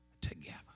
together